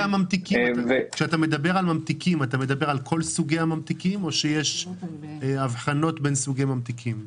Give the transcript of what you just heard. זה לגבי כל סוגי הממתיקים או שיש הבחנות בין סוגי ממתיקים שונים?